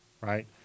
Right